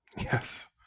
Yes